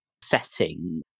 setting